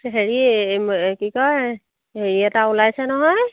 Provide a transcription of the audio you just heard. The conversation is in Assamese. হেৰি এ কি কয় হেৰি এটা ওলাইছে নহয়